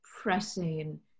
pressing